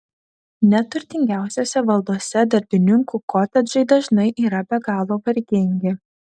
net turtingiausiose valdose darbininkų kotedžai dažnai yra be galo vargingi